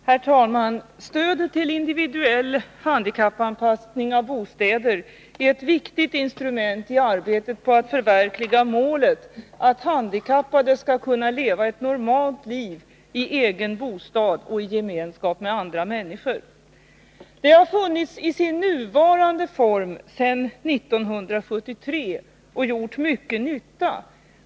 Herr talman! Stödet till individuell handikappanpassning av bostäder är ett viktigt instrument i arbetet för att förverkliga målet att handikappade skall kunna leva ett normalt liv i egen bostad och i gemenskap med andra människor. Det har funnits i sin nuvarande form sedan 1973 och gjort mycket nytta.